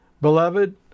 Beloved